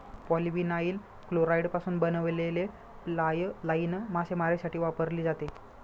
polyvinyl क्लोराईडपासून बनवलेली fly line मासेमारीसाठी वापरली जाते